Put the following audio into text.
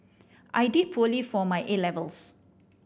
I did poorly for my A levels